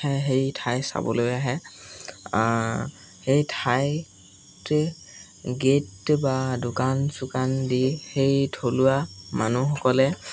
সেই ঠাই চাবলৈ আহে সেই ঠাইত গেট বা দোকান চোকান দি সেই থলুৱা মানুহসকলে